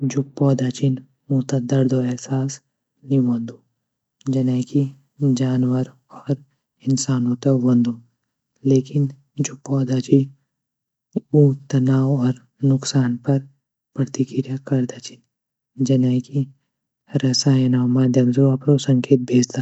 जू पौधा छीन ऊँ त दर्दों अहसास नी वंदु जने की जानवर और इंसानु त वंदु लेकिन जू पौधा ची ऊँ त नाउ और नुक़सान पर प्रतिक्रिया करदा छीन जने की रसायनू माध्यम से उ अपरू संकेत भेजदा।